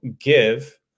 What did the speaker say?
give